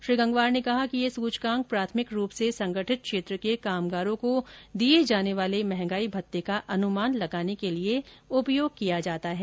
श्री गंगवार ने कहा कि यह सुचकांक प्राथमिक रूप से संगठित क्षेत्र के कामगारों को दिये जाने वाले महंगाई भत्ते का अनुमान लगाने के लिए उपयोग किया जाता है